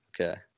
okay